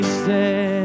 stand